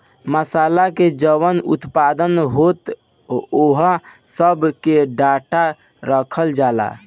मासाला के जवन उत्पादन होता ओह सब के डाटा रखल जाता